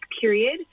period